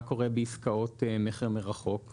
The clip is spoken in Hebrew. מה קורה בעסקאות מכר מרחוק?